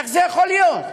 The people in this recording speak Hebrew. איך זה יכול להיות?